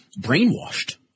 brainwashed